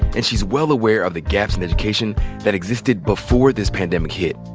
and she's well aware of the gaps in education that existed before this pandemic hit.